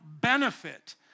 benefit